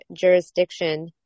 jurisdiction